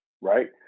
right